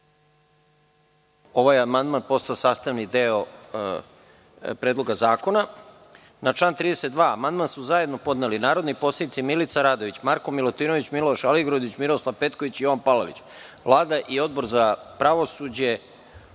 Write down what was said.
da je amandman postao sastavni deo Predloga zakona. Na član 13. amandman su zajedno podneli narodni poslanici Milica Radović, Marko Milutinović, Miloš Aligrudić, Miroslav Petković i Jovan Palalić. Vlada i Odbor za pravosuđe,